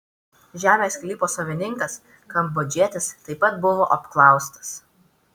žemės sklypo savininkas kambodžietis taip pat buvo apklaustas